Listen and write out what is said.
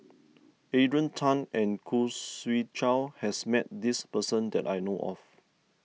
Adrian Tan and Khoo Swee Chiow has met this person that I know of